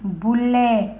bullet